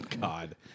God